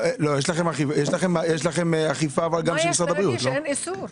עדיין אין איסור,